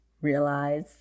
realize